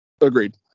agreed